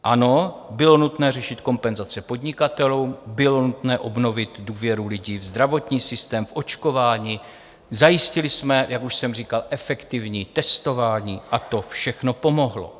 Ano, bylo nutné řešit kompenzace podnikatelům, bylo nutné obnovit důvěru lidí v zdravotní systém, v očkování, zajistili jsme, jak už jsem říkal, efektivní testování, a to všechno pomohlo.